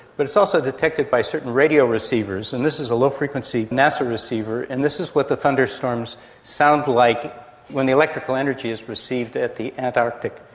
but it is also detected by certain radio receivers, and this is a low-frequency nasa receiver and this is what the thunderstorms sound like when the electrical energy is received at the antarctic.